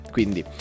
Quindi